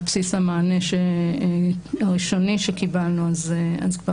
על בסיס המענה הראשוני שקיבלנו כבר